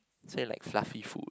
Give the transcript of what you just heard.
so you like fluffy foods